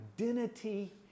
identity